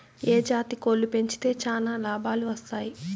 ఏ జాతి కోళ్లు పెంచితే చానా లాభాలు వస్తాయి?